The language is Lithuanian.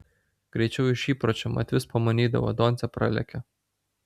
greičiau iš įpročio mat vis pamanydavo doncė pralekia